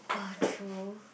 ah true